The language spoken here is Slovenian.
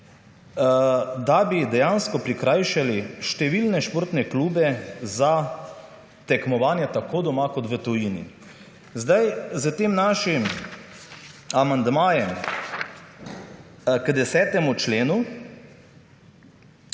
da bi dejansko prikrajšali številne športne klube za tekmovanja tako doma, kot v tujini. S tem našim amandmajem k 10. členu